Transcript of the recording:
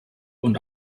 und